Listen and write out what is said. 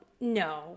no